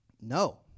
No